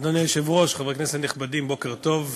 אדוני היושב-ראש, חברי הכנסת נכבדים, בוקר טוב.